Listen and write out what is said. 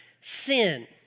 sin